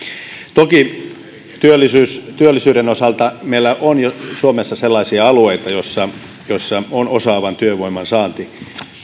toki työllisyyden osalta meillä on jo suomessa sellaisia alueita missä on osaavan työvoiman saanti